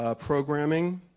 ah programming,